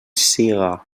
siga